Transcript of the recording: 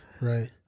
Right